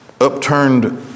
Upturned